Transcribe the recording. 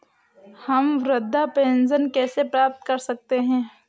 हम वृद्धावस्था पेंशन कैसे प्राप्त कर सकते हैं?